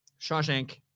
Shawshank